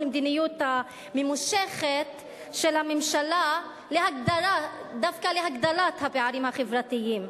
המדיניות הממושכת של הממשלה דווקא להגדלת הפערים החברתיים.